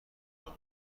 توجه